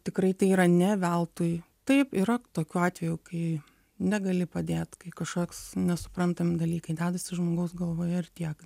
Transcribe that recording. tikrai tai yra ne veltui taip yra tokių atvejų kai negali padėt kai kažkoks nesuprantami dalykai dedasi žmogaus galvoje ir tiek